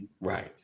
right